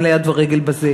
אין לה יד ורגל בזה.